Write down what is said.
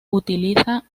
utiliza